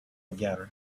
again